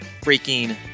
freaking